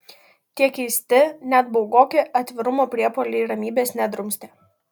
tie keisti net baugoki atvirumo priepuoliai ramybės nedrumstė